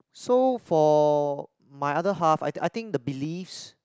so for my other half I I think the beliefs